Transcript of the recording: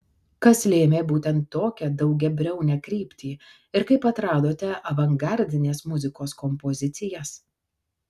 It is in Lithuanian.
kas lėmė būtent tokią daugiabriaunę kryptį ir kaip atradote avangardinės muzikos kompozicijas